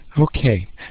Okay